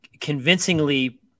convincingly